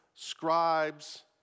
Scribes